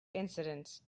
incidents